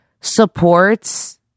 supports